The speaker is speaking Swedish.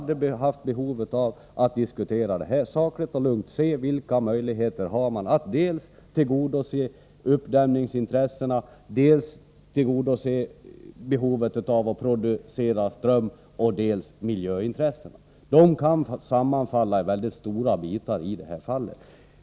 Det fanns behov av att diskutera denna fråga sakligt och lugnt för att se vilka möjligheter som fanns att tillgodose dels uppdämningsintressena, dels behovet av elproduktion och dels miljöintressena. Dessa intressen kan sammanfalla i väldigt stora bitar i detta fall.